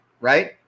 right